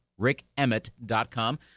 RickEmmett.com